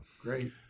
great